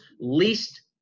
least